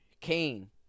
Kane